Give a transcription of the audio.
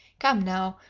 come now,